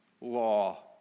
law